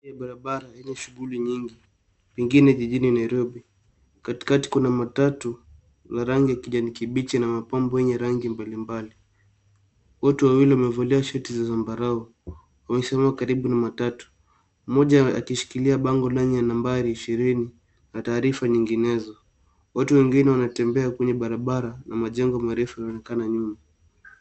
Hii ni barabara yenye shughuli nyingi pengine jijini Nairobi. Katikati kuna matatu la rangi ya kijani kibichi na mapambo yenye rangi mbalimbali . Watu wawili wamevalia shati za zambarau. Wamesimama karibu na matatu, mmoja akishikilia bango lenye nambari ishirini na taarifa nyinginezo. Watu wengine wanatembea kwenye barabara na majengo marefu yanaonekana nyuma.